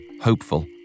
hopeful